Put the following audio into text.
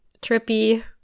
Trippy